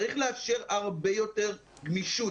צריך לאפשר הרבה יותר גמישות,